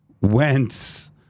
went